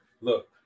Look